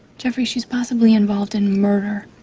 jeffrey, she's possibly involved in murder.